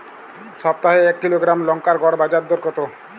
সপ্তাহে এক কিলোগ্রাম লঙ্কার গড় বাজার দর কতো?